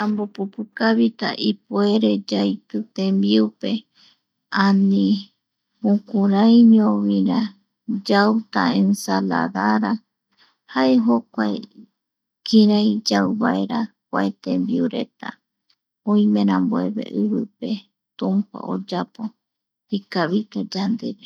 Yambopupukavita ipuere yaiti tembiupe, ani, jukuraiñovira yauta ensaladara jae jokua kirau yau vaera kua tembiureta, oime rambueve, tumpa oyao ikavita yandeve.